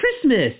Christmas